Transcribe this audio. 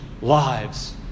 lives